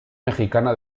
mexicana